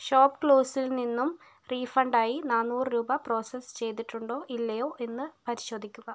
ഷോപ്പ്ക്ലൂസിൽ നിന്നും റീഫണ്ട് ആയി നാനൂറ് രൂപ പ്രോസസ്സ് ചെയ്തിട്ടുണ്ടോ ഇല്ലയോ എന്ന് പരിശോധിക്കുക